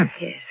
Yes